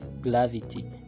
gravity